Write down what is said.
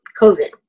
COVID